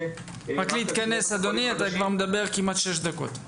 שעומדת להיות מאושרת בקרוב.